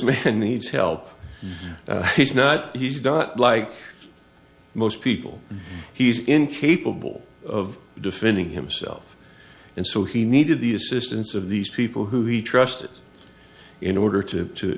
the needs help he's not he's not like most people he's incapable of defending himself and so he needed the assistance of these people who he trusted in order to